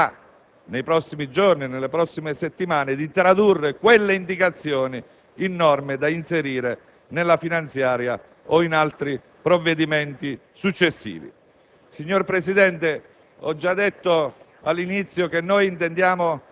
ordini del giorno. Il prosieguo del confronto ci consentirà, nei prossimi giorni e nelle prossime settimane, di tradurre quelle indicazioni in norme da inserire nella finanziaria o in altri provvedimenti successivi.